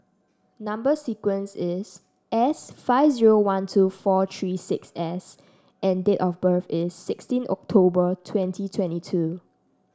number sequence is S five zero one two four three six S and date of birth is sixteen October twenty twenty two